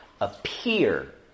appear